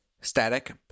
static